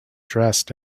dressed